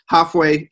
Halfway